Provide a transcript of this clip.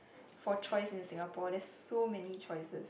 for choice in Singapore there's so many choices